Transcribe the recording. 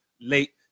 late